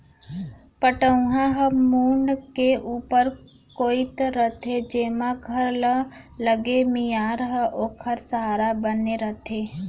पटउहां ह मुंड़ के ऊपर कोइत रथे जेमा घर म लगे मियार ह ओखर सहारा बने रथे